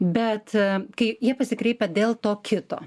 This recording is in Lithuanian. bet kai jie pasikreipia dėl to kito